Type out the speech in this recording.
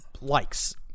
likes